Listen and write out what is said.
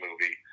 movie